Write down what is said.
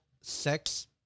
sex